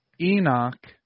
Enoch